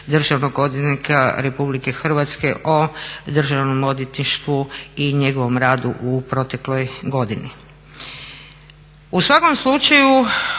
državnog odvjetnika RH o državnom odvjetništvu i njegovom radu u protekloj godini.